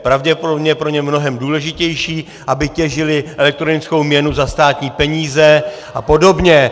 Pravděpodobně je pro ně mnohem důležitější, aby těžili elektronickou měnu za státní peníze a podobně.